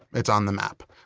it's on the map.